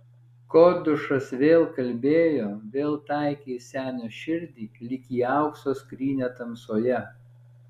kordušas vėl kalbėjo vėl taikė į senio širdį lyg į aukso skrynią tamsoje